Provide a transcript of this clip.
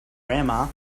grandma